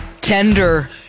tender